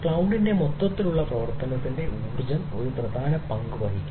ക്ലൌഡിന്റെ മൊത്തത്തിലുള്ള പ്രവർത്തനത്തിന് ഊർജ്ജം ഒരു പ്രധാന പങ്ക് വഹിക്കുന്നു